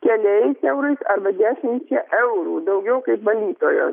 keliais eurais arba dešimčia eurų daugiau kaip valytojos